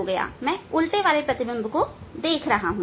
अब मैं उल्टा वाला देख सकता हूं